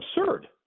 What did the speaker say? absurd